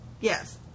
Yes